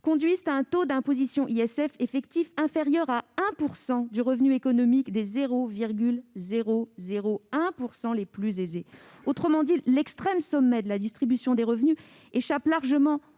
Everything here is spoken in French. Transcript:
conduisent à un taux d'imposition ISF effectif inférieur à 1 % du revenu économique des 0,001 % les plus aisés. Autrement dit, l'extrême sommet de la distribution des revenus échappait largement